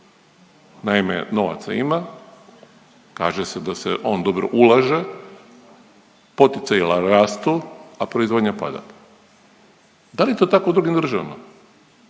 Naime, novaca ima, kaže se da se on dobro ulaže, poticaji rastu, a proizvodnja pada. Da li je to tako i u drugim državama?